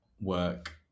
work